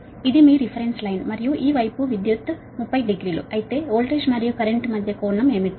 ఇది మీ reference line మరియు ఈ వైపు విద్యుత్ 30 డిగ్రీలు అయితే వోల్టేజ్ మరియు కరెంట్ మధ్య కోణం ఏమిటి